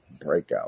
Breakout